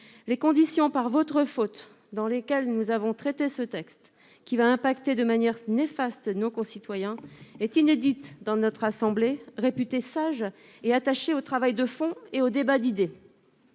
les conditions par votre faute, dans lesquels nous avons traité ce texte qui va impacter de manière néfaste nos concitoyens est inédite dans notre assemblée réputé sage et attaché au travail de fond et au débat d'idées.